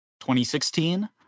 2016